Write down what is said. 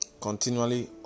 continually